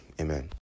amen